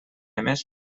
emés